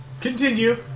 Continue